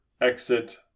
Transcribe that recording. exit